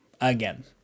again